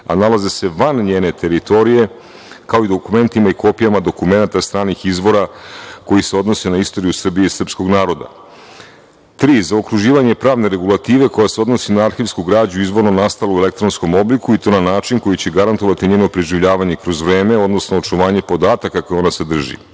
a nalaze se van njene teritorije, kao i dokumentima i kopijama dokumenata stranih izvora koji se odnose na istoriju Srbije i srpskog naroda. Tri, zaokruživanje pravne regulative koja se odnosi na arhivsku građu izvornu nastalu u elektronskom obliku i to na način koji će garantovati njeno preživljavanje kroz vreme, odnosno očuvanje podataka koje ona sadrži. Četiri,